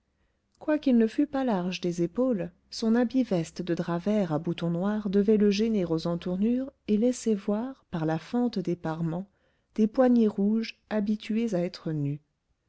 quoiqu'il ne fût pas large des épaules son habit veste de drap vert à boutons noirs devait le gêner aux entournures et laissait voir par la fente des parements des poignets rouges habitués à être nus